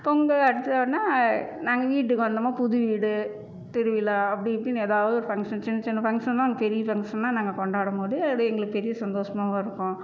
பொங்கல் அடுத்த உடனே நாங்கள் வீட்டுக்கு வந்தோமா புது வீடு திருவிழா அப்படி இப்படினு ஏதாவது ஒரு ஃபங்சன் சின்ன சின்ன ஃபங்சன் தான் நாங்கள் பெரிய ஃபங்சனாக நாங்கள் கொண்டாடும் போது அது எங்களுக்கு பெரிய சந்தோசமாகவும் இருக்கும்